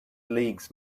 leagues